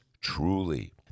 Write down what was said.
Truly